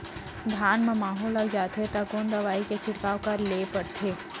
धान म माहो लग जाथे त कोन दवई के छिड़काव ल करे ल पड़थे?